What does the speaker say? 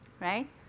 right